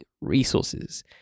resources